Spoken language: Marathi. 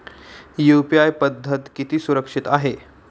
यु.पी.आय पद्धत किती सुरक्षित आहे?